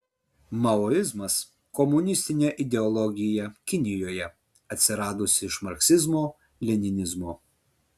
maoizmas komunistinė ideologija kinijoje atsiradusi iš marksizmo leninizmo